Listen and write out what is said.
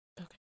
okay